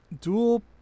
dual